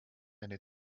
eine